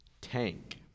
Tank